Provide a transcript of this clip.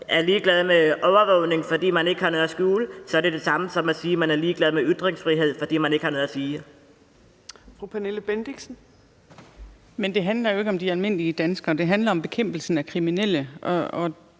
er ligeglad med overvågning, fordi man ikke har noget at skjule, så er det det samme som at sige, at man er ligeglad med ytringsfrihed, fordi man ikke har noget at sige. Kl. 18:00 Fjerde næstformand (Trine Torp): Fru Pernille Bendixen. Kl. 18:00 Pernille Bendixen (DF): Men det handler jo ikke om de almindelige danskere. Det handler om bekæmpelsen af kriminalitet, og